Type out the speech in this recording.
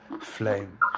flame